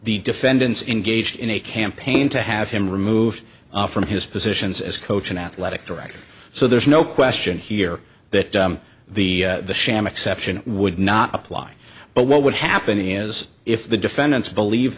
the defendants in gauged in a campaign to have him removed from his positions as coach and athletic director so there's no question here that the sham exception would not apply but what would happen is if the defendants believe